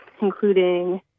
including